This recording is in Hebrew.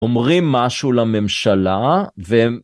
‫אומרים משהו לממשלה, והם...